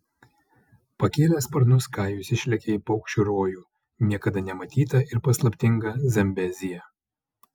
pakėlęs sparnus kajus išlekia į paukščių rojų niekada nematytą ir paslaptingą zambeziją